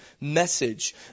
message